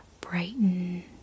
brighten